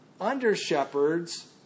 under-shepherds